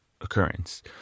occurrence